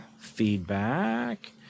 feedback